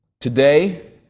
Today